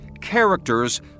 characters